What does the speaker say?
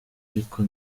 ariko